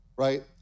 Right